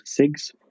SIGs